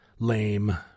lame